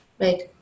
right